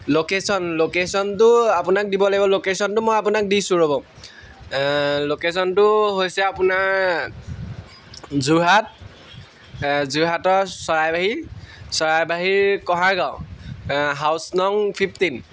location লোকেশ্যনটো আপোনাক দিব লাগিব লোকেশ্যনটো মই আপোনাক দিছোঁ ৰ'ব লোকেশ্যনটো হৈছে আপোনাৰ যোৰহাট যোৰহাটৰ চৰাইবাহী চৰাইবাহীৰ কহাৰগাঁও হাউচ নং ফিফটিন